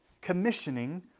commissioning